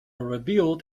rebuild